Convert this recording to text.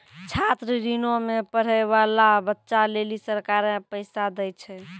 छात्र ऋणो मे पढ़ै बाला बच्चा लेली सरकारें पैसा दै छै